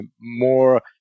more